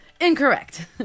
Incorrect